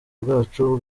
bwacu